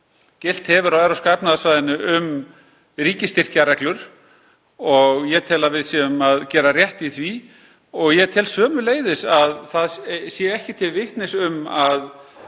gilt hefur á Evrópska efnahagssvæðinu um ríkisstyrkjareglur og ég tel að við séum að gera rétt í því. Ég tel sömuleiðis að það sé ekki til vitnis um að